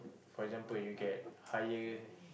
for example you get higher